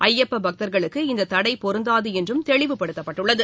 ஐயப்ப பக்தர்களுக்கு இந்த தடை பொருந்தாது என்றும் தெளிவுப்படுத்தப்பட்டுள்ளது